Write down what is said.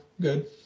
good